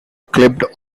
clipped